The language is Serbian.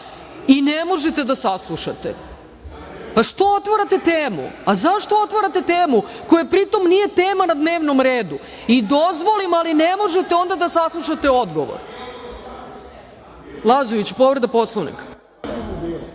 i ne možete da saslušate. Pa, što otvarate temu? Zašto otvarate temu, koja pritom nije tema na dnevnom redu? I dozvolim, ali ne možete onda da saslušate odgovor. Reč ima Lazović, povreda Poslovnika.